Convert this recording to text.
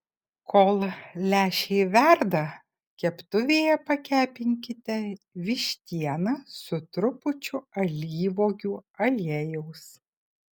kol lęšiai verda keptuvėje pakepinkite vištieną su trupučiu alyvuogių aliejaus